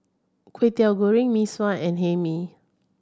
Kwetiau Goreng Mee Sua and Hae Mee